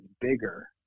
bigger